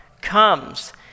comes